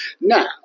Now